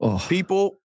People